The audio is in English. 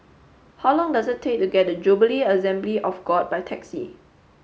how long does it take to get to Jubilee Assembly of God by taxi